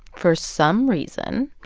for some reason,